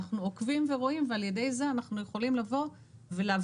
אנחנו עוקבים ורואים ועל ידי זה אנחנו יכולים לבוא ולהבין